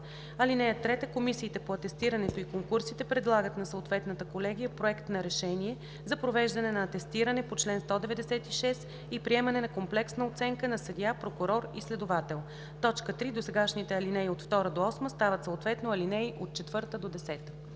власт. (3) Комисиите по атестирането и конкурсите предлагат на съответната колегия проект на решение за провеждане на атестиране по чл. 196 и приемане на комплексна оценка на съдия, прокурор и следовател. 3. Досегашните ал. 2 – 8 стават съответно ал. 4 – 10.“